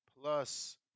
plus